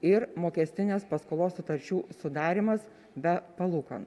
ir mokestinės paskolos sutarčių sudarymas be palūkanų